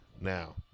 Now